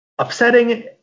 upsetting